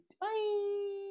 Bye